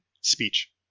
speech